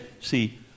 See